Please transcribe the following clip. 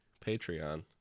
Patreon